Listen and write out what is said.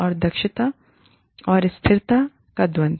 और दक्षता और स्थिरता का द्वंद्व